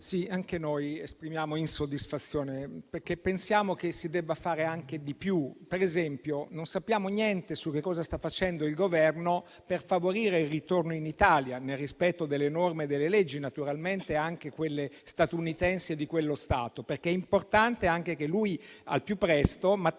Anche noi esprimiamo insoddisfazione, perché pensiamo che si debba fare di più. Per esempio, non sappiamo niente su cosa stia facendo il Governo per favorirne il ritorno in Italia, nel rispetto delle norme e delle leggi, naturalmente anche di quelle statunitensi, perché è importante che Matteo torni al più presto in